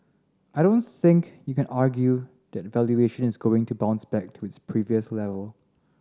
I don't think you can argue that valuation is going to bounce back to its previous level